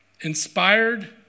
inspired